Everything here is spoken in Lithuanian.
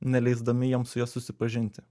neleisdami jiem su ja susipažinti